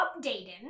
updating